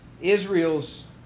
Israel's